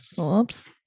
oops